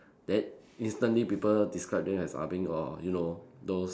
that instantly people describe them as ah-beng or you know those